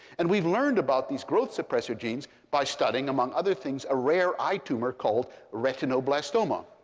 and we've learned about these growth suppressor genes by studying, among other things, a rare eye tumor called retinoblastoma.